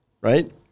Right